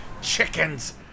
Chickens